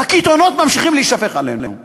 הקיתונות ממשיכים להישפך עלינו,